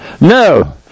no